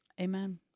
Amen